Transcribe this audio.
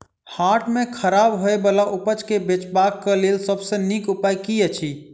हाट मे खराब होय बला उपज केँ बेचबाक क लेल सबसँ नीक उपाय की अछि?